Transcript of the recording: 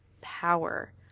power